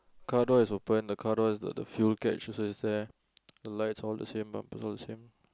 car door is open the car door the the fuel catch also is there the light all the same bumper all the same